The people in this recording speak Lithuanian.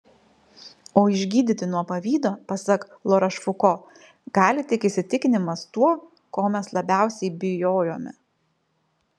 o išgydyti nuo pavydo pasak larošfuko gali tik įsitikinimas tuo ko mes labiausiai bijojome